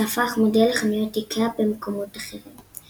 שהפך מודל לחנויות איקאה במקומות אחרים.